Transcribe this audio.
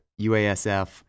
UASF